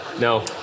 No